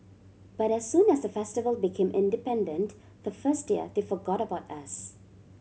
but as soon as the festival became independent the first year they forgot about us